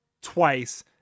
twice